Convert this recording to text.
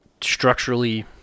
structurally